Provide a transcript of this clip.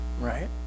right